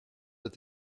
that